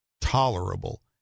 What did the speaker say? tolerable